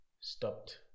stopped